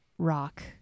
Rock